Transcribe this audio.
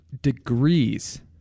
degrees